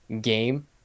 game